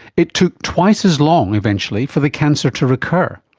it took twice as long eventually for the cancer to recur,